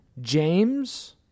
James